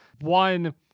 One